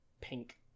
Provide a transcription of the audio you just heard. pink